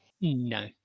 No